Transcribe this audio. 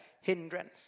hindrance